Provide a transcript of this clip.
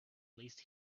least